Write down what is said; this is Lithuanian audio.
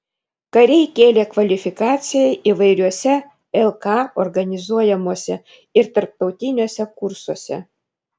kariai kėlė kvalifikaciją įvairiuose lk organizuojamuose ir tarptautiniuose kursuose